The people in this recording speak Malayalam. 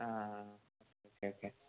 ആ ആ ഓക്കേ ഓക്കേ